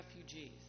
refugees